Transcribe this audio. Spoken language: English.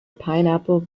pineapple